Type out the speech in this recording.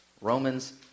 Romans